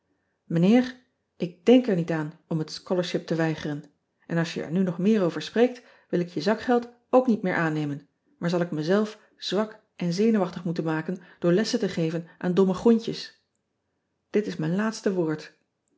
ik denk er niet aan om het scholarship te weigeren en als je er nu nog meer over spreekt wil ik je zakgeld ook niet meer aannemen maar zal ik mezelf zwak en zenuwachtig moeten maken door lessen te geven aan domme groentjes it is mijn laatste woord